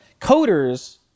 Coders